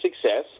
success